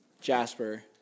Jasper